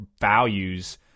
values